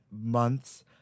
months